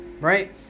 right